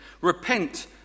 repent